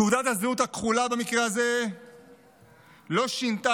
תעודת הזהות הכחולה במקרה הזה לא שינתה